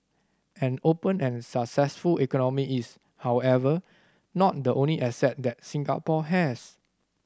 an open and successful economy is however not the only asset that Singapore has